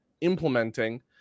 implementing